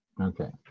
Okay